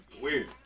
weird